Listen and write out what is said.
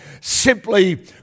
simply